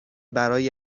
برای